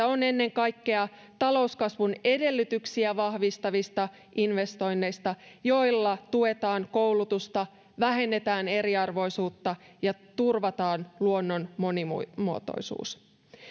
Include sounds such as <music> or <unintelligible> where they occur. <unintelligible> on ennen kaikkea talouskasvun edellytyksiä vahvistavista investoinneista joilla tuetaan koulutusta vähennetään eriarvoisuutta ja turvataan luonnon monimuotoisuus